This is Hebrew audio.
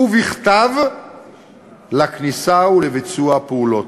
ובכתב לכניסה ולביצוע הפעולות.